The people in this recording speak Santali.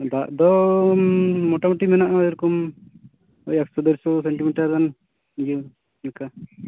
ᱫᱟᱜ ᱫᱚ ᱢᱳᱴᱟᱢᱩᱴᱤ ᱢᱮᱱᱟᱜᱼᱟ ᱚᱭᱨᱚᱠᱚᱢ ᱳᱭ ᱮᱠᱥᱳ ᱰᱮᱲᱥᱳ ᱥᱮᱱᱴᱤᱢᱤᱴᱟᱨ ᱜᱟᱱ ᱤᱭᱟᱹ ᱞᱤᱠᱟ